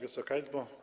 Wysoka Izbo!